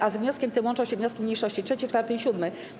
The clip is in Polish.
a. Z wnioskiem tym łączą się wnioski mniejszości 3., 4. i 7.